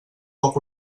poc